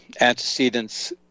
antecedents